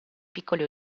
piccoli